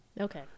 Okay